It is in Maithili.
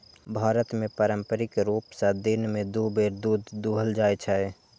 भारत मे पारंपरिक रूप सं दिन मे दू बेर दूध दुहल जाइ छै